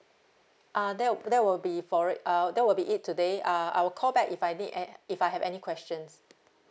uh that will that will be for it uh that will be it today uh I will call back if I need a~ if I have any questions